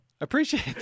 appreciate